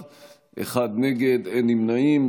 נמנעים,